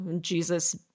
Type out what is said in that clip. Jesus